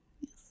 Yes